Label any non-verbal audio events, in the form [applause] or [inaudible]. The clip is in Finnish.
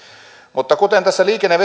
kuten liikenne ja [unintelligible]